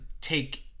take